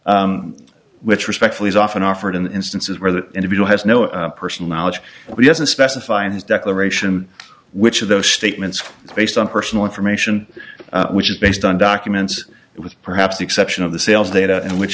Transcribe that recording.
which respectfully is often offered in instances where the individual has no personal knowledge doesn't specify in his declaration which of those statements based on personal information which is based on documents with perhaps the exception of the sales data and which